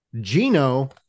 Gino